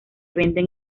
venden